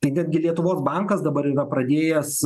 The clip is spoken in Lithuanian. tai netgi lietuvos bankas dabar yra pradėjęs